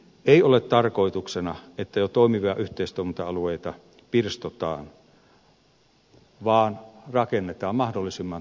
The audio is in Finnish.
ei ole tarkoituksena että jo toimivia yhteistoiminta alueilta pirstotaan vaan tarkoituksena on rakentaa mahdollisimman toimiva kokonaisuus